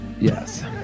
Yes